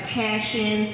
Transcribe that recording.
passion